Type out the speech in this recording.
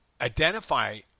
identify